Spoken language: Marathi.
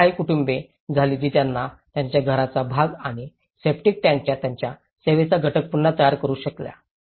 अशी काही कुटुंबे झाली जी त्यांना त्यांच्या घराचा भाग आणि सेप्टिक टँकचा त्यांच्या सेवेचा घटक पुन्हा तयार करू शकल्या